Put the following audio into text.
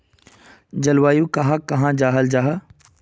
जलवायु कहाक कहाँ जाहा जाहा?